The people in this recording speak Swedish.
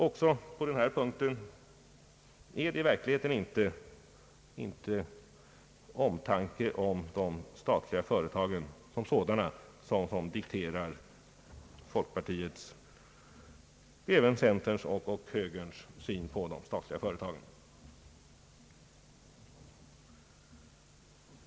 Inte heller på denna punkt är det i verkligheten omtanke om de statliga företagen som sådana som dikterar folkpartiets — och även centerpartiets och moderata samlingspartiets — syn på de statliga företagen.